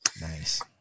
Nice